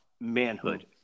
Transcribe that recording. manhood